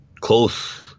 close